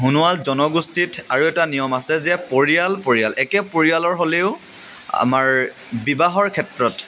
সোণোৱাল জনগোষ্ঠীত আৰু এটা নিয়ম আছে যে পৰিয়াল পৰিয়াল একে পৰিয়ালৰ হ'লেও আমাৰ বিবাহৰ ক্ষেত্ৰত